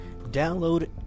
Download